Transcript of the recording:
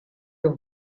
your